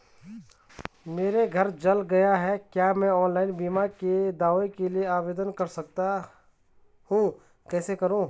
मेरा घर जल गया है क्या मैं ऑनलाइन बीमे के दावे के लिए आवेदन कर सकता हूँ कैसे करूँ?